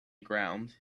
ground